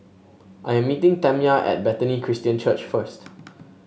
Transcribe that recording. I am meeting Tamya at Bethany Christian Church first